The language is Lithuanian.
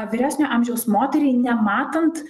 vyresnio amžiaus moteriai nematant